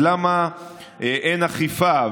אז: למה אין אכיפה.